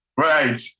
Right